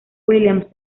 williams